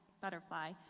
butterfly